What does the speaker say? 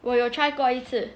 我有 try 过一次